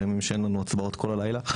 בימים שאין לנו הצבעות כל הלילה,